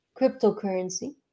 cryptocurrency